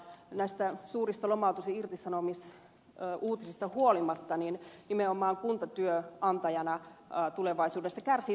näistä suurista lomautus ja irtisanomisuutisista huolimatta nimenomaan kunta työnantajana tulevaisuudessa kärsii työvoimapulasta